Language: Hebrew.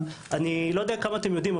אני לא יודע כמה אתם יודעים,